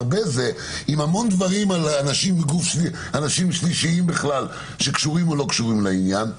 עם המון דברים על אנשים שלישיים בכלל שקשורים או לא קשורים לעניין,